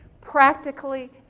practically